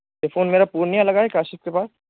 یہ فون میرا پورنیہ لگا ہے کاشف کے پاس